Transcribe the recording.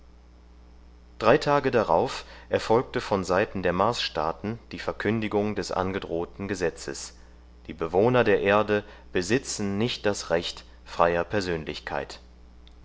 drei tage darauf erfolgte von seiten der marsstaaten die verkündigung des angedrohten gesetzes die bewohner der erde besitzen nicht das recht freier persönlichkeit